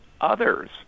others